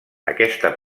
aquesta